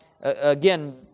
again